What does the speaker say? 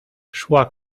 szła